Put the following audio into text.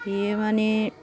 बियो माने